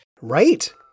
Right